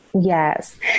yes